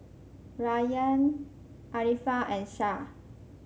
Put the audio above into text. Rayyan Arifa and Shah